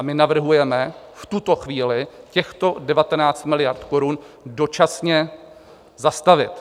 My navrhujeme v tuto chvíli těchto 19 miliard korun dočasně zastavit.